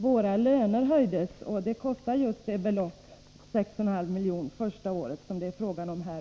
Våra löner höjdes med 6,5 milj.kr. under det första året, alltså just det belopp som det är fråga om här.